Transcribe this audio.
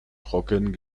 trocken